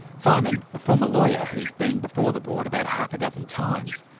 simon, a former lawyer, who's been before the board about half a dozen times,